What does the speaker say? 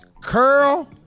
Curl